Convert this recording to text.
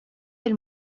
del